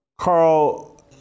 Carl